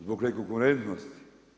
Zbog ne konkurentnosti?